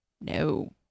No